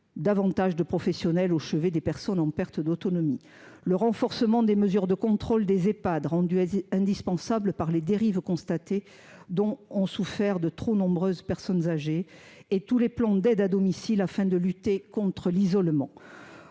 davantage de professionnels au chevet des personnes en perte d’autonomie. Il s’agit aussi du renforcement des mesures de contrôle des Ehpad, rendu indispensable par les dérives constatées, dont ont souffert de trop nombreuses personnes âgées, ainsi que de tous les plans d’aide à domicile visant à lutter contre l’isolement.